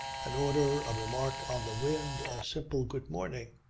an order, a remark on the wind, a simple good-morning.